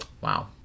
Wow